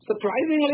Surprisingly